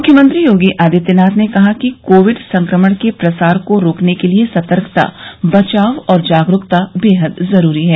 मुख्यमंत्री योगी आदित्यनाथ ने कहा कि कोविड संक्रमण के प्रसार को रोकने के लिए सतर्कता बचाव और जागरूकता बेहद जरूरी है